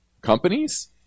companies